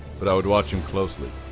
but i would watch him closely.